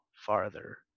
farther